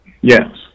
yes